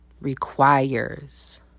requires